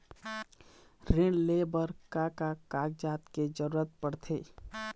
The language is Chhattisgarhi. ऋण ले बर का का कागजात के जरूरत पड़थे?